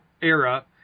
era